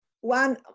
one